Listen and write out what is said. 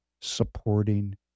supporting